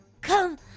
Come